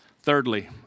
Thirdly